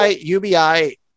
ubi